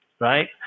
right